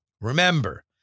Remember